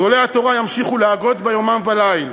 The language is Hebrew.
גדולי התורה ימשיכו להגות בה יומם וליל,